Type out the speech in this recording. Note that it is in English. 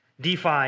DeFi